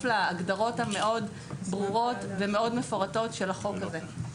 להגדרות המאוד ברורות ומאוד מפורטות של החוק הזה.